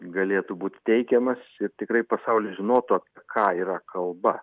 galėtų būt teikiamas ir tikrai pasaulis žinotų ką yra kalba